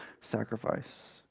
sacrifice